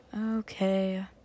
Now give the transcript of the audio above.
Okay